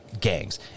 gangs